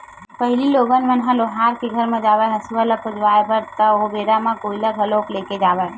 पहिली लोगन मन ह लोहार के घर म जावय हँसिया ल पचवाए बर ता ओ बेरा म कोइला घलोक ले के जावय